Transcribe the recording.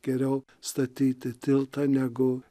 geriau statyti tiltą negu